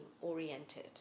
oriented